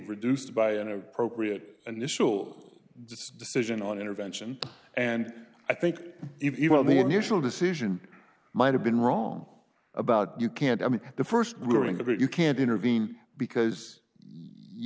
reduced by an appropriate initial decision on intervention and i think even the initial decision might have been wrong about you can't i mean the st ruling of it you can't intervene because you